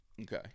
Okay